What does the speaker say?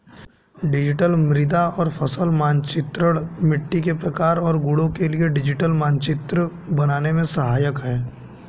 digital मृदा और फसल मानचित्रण मिट्टी के प्रकार और गुणों के लिए डिजिटल मानचित्र बनाने में सहायक है